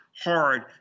hard